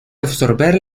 absorber